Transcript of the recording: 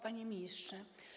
Panie Ministrze!